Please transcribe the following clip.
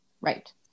Right